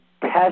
test